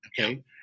Okay